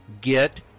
get